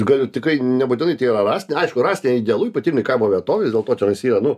galiu tikrai nebūtinai tie va rąstiniai aišku rąstai idealu ypatingai kaimo vietovėj vis dėlto čionais yra nu